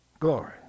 glory